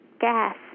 gas